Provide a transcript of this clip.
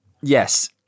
Yes